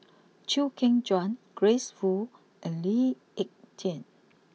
Chew Kheng Chuan Grace Fu and Lee Ek Tieng